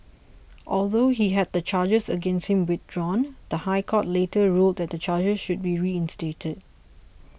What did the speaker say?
although he had the charges against him withdrawn the High Court later ruled that the charges should be reinstated